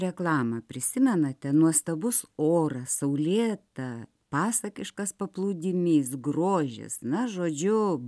reklamą prisimenate nuostabus oras saulėta pasakiškas paplūdimys grožis na žodžiu